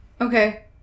Okay